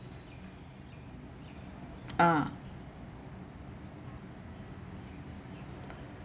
ah